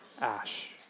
Ash